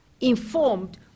informed